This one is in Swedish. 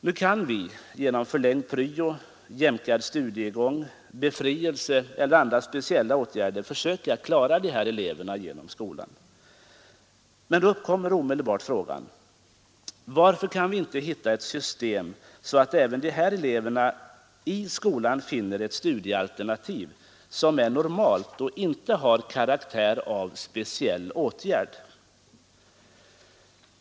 Nu kan vi — genom förlängd pryo, jämkad studiegång, befrielse eller andra speciella åtgärder — försöka klara dessa elever genom skolan. Men då uppkommer omedelbart frågan: Varför kan vi inte hitta ett system som innebär att även de här eleverna i skolan finner ett studiealternativ som är normalt och inte har karaktären av speciell åtgärd?